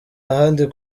ahandi